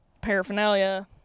paraphernalia